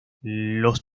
los